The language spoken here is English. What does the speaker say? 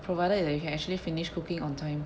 provided that you can actually finish cooking on time